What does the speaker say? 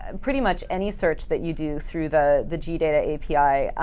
and pretty much any search that you do through the the gdata api,